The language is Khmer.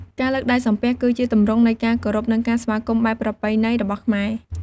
ការលើកដៃសំពះ គឺជាទម្រង់នៃការគោរព និងការស្វាគមន៍បែបប្រពៃណីរបស់ខ្មែរ។